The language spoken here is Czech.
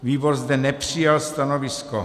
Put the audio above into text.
Výbor zde nepřijal stanovisko.